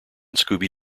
scooby